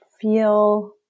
feel